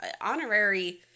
honorary